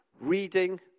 reading